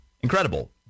incredible